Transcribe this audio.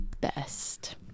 best